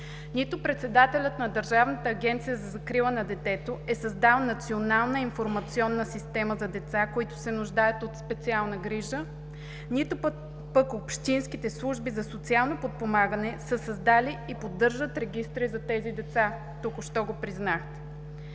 нито председателят на Държавната агенция за закрила на детето е създал Национална информационна система за деца, които се нуждаят от специална грижа, нито пък общинските служби за социално подпомагане са създали и поддържат регистри за тези деца, току-що го признахте.